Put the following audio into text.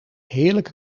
heerlijke